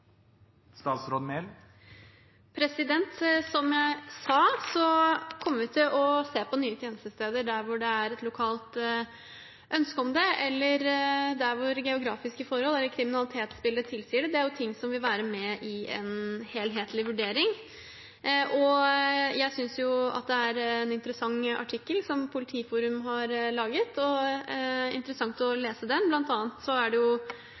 Som jeg sa, kommer vi til å se på nye tjenestesteder der hvor det lokalt er ønske om det, eller der hvor geografiske forhold eller kriminalitetsbildet tilsier det. Det er ting som vil være med i en helhetlig vurdering. Jeg synes det er en interessant artikkel Politiforum har laget, og det er interessant å lese den. Blant annet kommer det